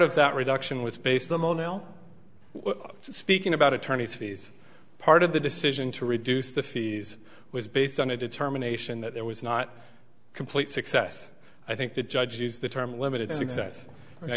of that reduction was based on mon el speaking about attorney's fees part of the decision to reduce the fees was based on a determination that there was not complete success i think the judge used the term limited